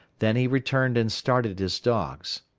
then he returned and started his dogs.